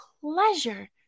pleasure